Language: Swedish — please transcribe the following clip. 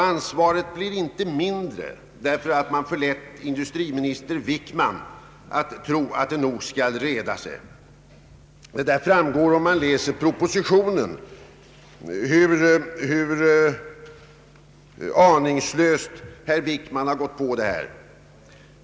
Ansvaret blir inte mindre därför att man förlett industriminister Wickman att tro att det nog skall reda sig. Det framgår av propositionen hur aningslöst herr Wickman har ”gått på” detta.